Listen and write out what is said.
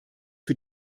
für